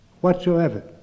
whatsoever